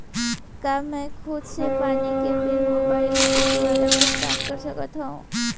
का मैं खुद से पानी के बिल मोबाईल के दुवारा भुगतान कर सकथव?